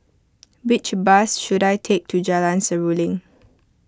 which bus should I take to Jalan Seruling